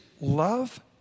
love